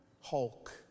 Hulk